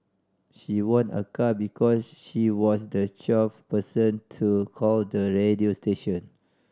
she won a car because she was the twelfth person to call the radio station